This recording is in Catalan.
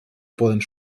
podent